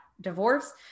divorce